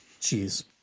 cheese